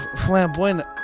flamboyant